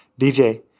DJ